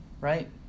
right